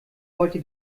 wollte